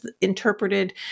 interpreted